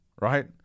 right